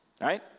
right